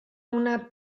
una